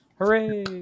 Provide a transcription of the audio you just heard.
hooray